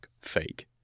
fake